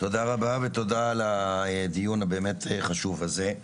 תודה רבה על הדיון החשוב הזה.